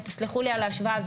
ותסלחו לי על ההשוואה,